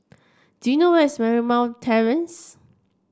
do you know where is Marymount Terrace